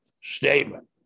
statement